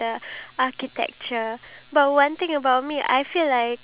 because majority of the people if you think about it if they say